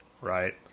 right